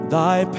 Thy